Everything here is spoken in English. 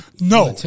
No